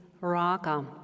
Raga